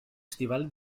stivali